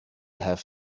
have